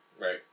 Right